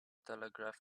telegraph